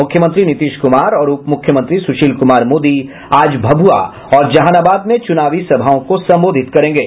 मुख्यमंत्री नीतीश कुमार और उपमुख्यमंत्री सुशील कुमार मोदी आज भभुआ और जहानाबाद में चुनावी सभाओं को संबोधित करेंगे